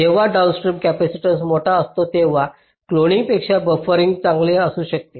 जेव्हा downstream capacitance मोठा असतो तेव्हा क्लोनिंगपेक्षा बफरिंग चांगले असू शकते